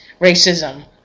racism